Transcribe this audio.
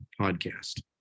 podcast